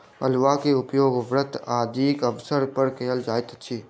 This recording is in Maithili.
अउलुआ के उपयोग व्रत आदिक अवसर पर कयल जाइत अछि